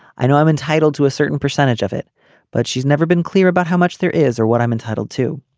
i know i'm entitled to a certain percentage of it but she's never been clear about how much there is or what i'm entitled to.